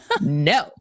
no